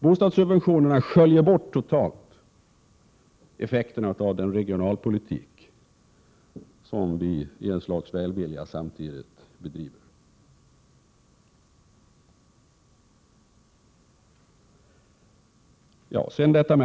Bostadssubventionerna sköljer totalt bort effekterna av den regionalpolitik som man i ett slags välvilja samtidigt bedriver.